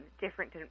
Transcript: different